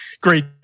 Great